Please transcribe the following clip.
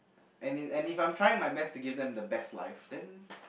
and if and if I'm trying my best to give them the best life then